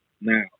Now